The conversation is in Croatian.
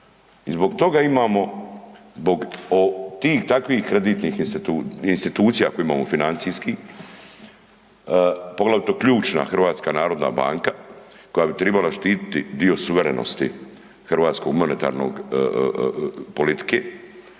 I zbog tih i takvih kreditnih institucija koje imamo financijskih, poglavito ključna HNB koja bi tribala štititi dio suverenosti hrvatske monetarne politike,